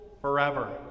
forever